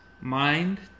mind